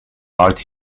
art